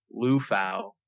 Lufau